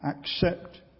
accept